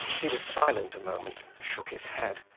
he was silent a moment, shook his head,